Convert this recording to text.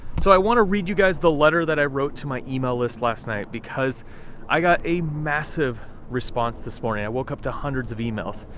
so i want to read you guys the letter that i wrote to my email list last night, because i got a massive response this morning. i woke up to hundreds of emails.